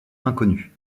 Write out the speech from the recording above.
inconnu